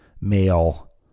male